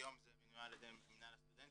היום זה מנוהל על ידי מינהל הסטודנטים,